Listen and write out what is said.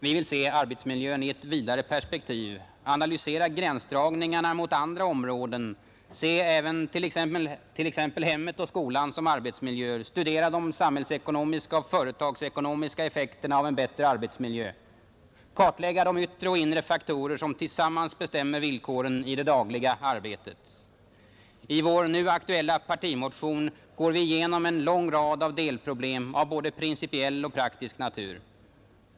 Vi vill se arbetsmiljön i ett vidare perspektiv, analysera gränsdragningarna mot andra områden, betrakta också t.ex. hemmet och skolan som arbetsmiljöer, studera de samhällsekonomiska och företagsekonomiska effekterna av en bättre arbetsmiljö och kartlägga de yttre och inre faktorer som tillsammans bestämmer villkoren i det dagliga arbetet. I vår nu aktuella partimotion går vi igenom en lång rad delproblem av både principiell och praktisk natur.